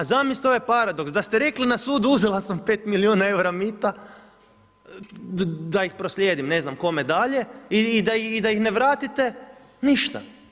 A zamislite ovaj paradoks, da ste rekli na sudu uzela sam 5 milijuna eura mita, da ih proslijedim ne znam kome dalje, i da ih ne vratite, ništa.